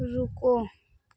रुको